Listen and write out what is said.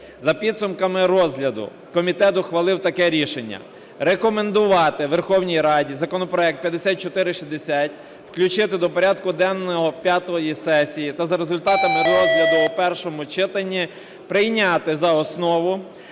За підсумками розгляду комітет ухвалив таке рішення: рекомендувати Верховній Раді законопроект 5460 включити до порядку денного п'ятої сесії та за результатами розгляду в першому читанні прийняти за основу,